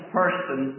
person